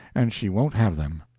and she won't have them.